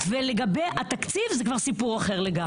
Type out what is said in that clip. ולגבי התקציב זה כבר סיפור אחר לגמרי.